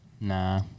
Nah